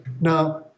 now